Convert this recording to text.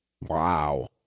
Wow